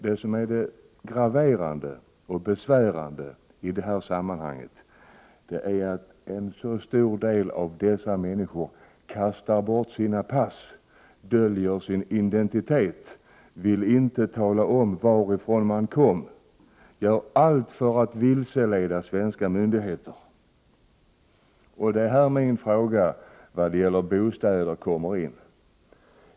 Det graverande och besvärande i detta sammanhang är emellertid att en stor del av dessa människor kastar bort sina pass, döljer sin identitet, inte vill tala om varifrån de kommer, gör allt för att vilseleda svenska myndigheter. Det är här min fråga när det gäller bostäder kommer in.